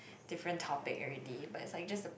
different topic already but as I just the